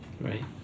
Right